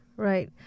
Right